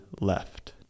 left